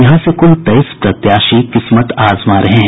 यहां से कुल तेईस प्रत्याशी किस्मत आजमा रहे हैं